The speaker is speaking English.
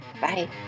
Bye